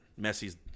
Messi's